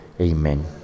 Amen